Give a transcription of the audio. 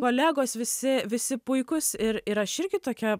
kolegos visi visi puikūs ir ir aš irgi tokia